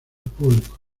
público